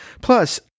Plus